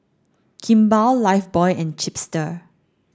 Kimball Lifebuoy and Chipster